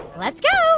let's go